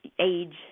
age